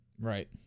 Right